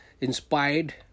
inspired